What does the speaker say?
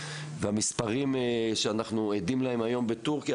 והמספרים שאנחנו עדים להם היום בטורקיה,